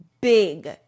big